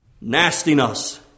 nastiness